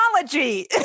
technology